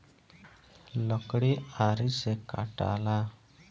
लकड़ी आरी से कटाला